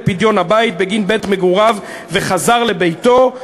פדיון הבית בגין בית מגוריו וחזר לביתו,